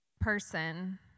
person